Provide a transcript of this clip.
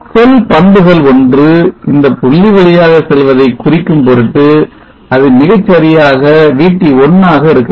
செல்பண்புகள் ஒன்று இந்த புள்ளி வழியாக செல்வதை குறிக்கும் பொருட்டு அது மிகச்சரியாக VT1 ஆக இருக்க வேண்டும்